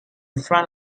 front